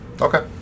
Okay